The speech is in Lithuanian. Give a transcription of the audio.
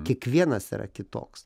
kiekvienas yra kitoks